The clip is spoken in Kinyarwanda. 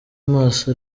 amaso